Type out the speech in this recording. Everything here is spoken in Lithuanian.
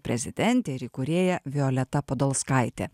prezidentė ir įkūrėja violeta podolskaitė